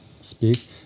speak